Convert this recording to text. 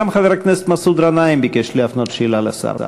גם חבר הכנסת מסעוד גנאים ביקש להפנות שאלה לשר.